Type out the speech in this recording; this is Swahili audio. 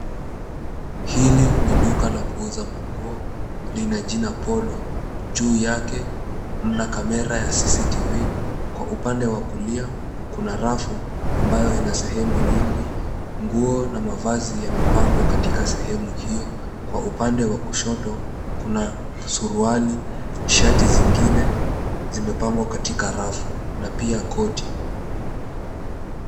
Hili ni duka la kuuza manguo lina jina Polo. Juu yake mna kamera ya CCTV , Kwa upande wa kulia kuna rafu ambayo ina sehemu nyingi. Nguo na mavazi yamepangwa katika sehemu hiyo. Kwa upande wa kushoto kuna suruali, shati zingine zimepangwa katika rafu na pia koti.